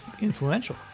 influential